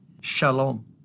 Shalom